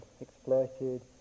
exploited